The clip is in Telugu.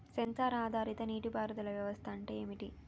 సెన్సార్ ఆధారిత నీటి పారుదల వ్యవస్థ అంటే ఏమిటి?